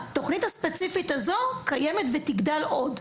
התוכנית הספציפית הזאת קיימת ותגדל עוד.